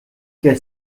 què